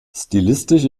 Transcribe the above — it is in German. stilistisch